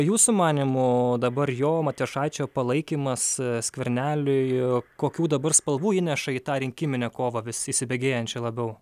jūsų manymu o dabar jo matijošaičio palaikymas skverneliui kokių dabar spalvų įneša į tą rinkiminę kovą vis įsibėgėjančią labiau